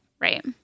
Right